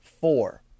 four